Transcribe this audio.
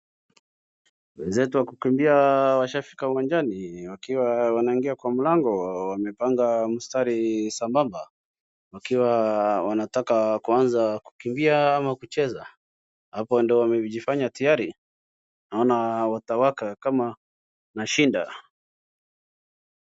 Wenzetu wakukimbia washafika uwanjani wakiwa wanaingia kwa mlango. Wamepanga mstari sambamba wakiwa wanataka kuanza kukimbia ama kucheza. Hapo ndo wamejifanya tayari naona watawaka kama mashinda.